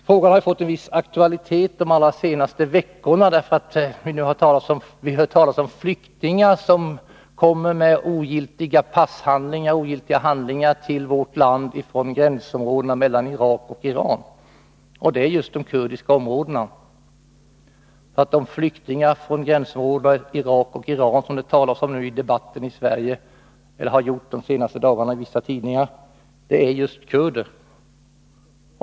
Frågan har fått en viss aktualitet de allra senaste veckorna. Vi hör nu talas om flyktingar som kommer med ogiltiga pass och handlingar till vårt land från gränsområdena mellan Irak och Iran, och det är just de kurdiska områdena. De flyktingar från dessa gränsområden som det nu talas om i debatten och i tidningarna i Sverige är just kurder.